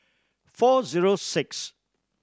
four zero six